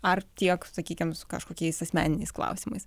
ar tiek sakykim su kažkokiais asmeniniais klausimais